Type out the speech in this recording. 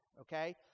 Okay